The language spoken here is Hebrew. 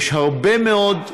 יש הרבה מאוד,